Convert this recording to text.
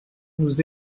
nous